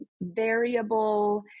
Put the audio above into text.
variable